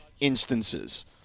instances